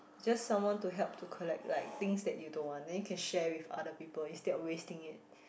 just someone to help to collect like things that you don't want then you can share with other people instead of wasting it